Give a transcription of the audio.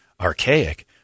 archaic